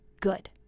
good